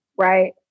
Right